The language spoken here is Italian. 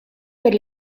per